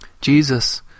Jesus